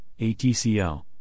ATCL